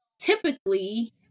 typically